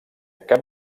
cap